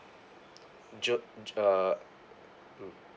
jo~ uh uh